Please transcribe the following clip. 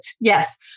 Yes